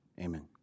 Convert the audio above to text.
amen